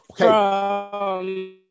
Okay